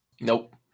Nope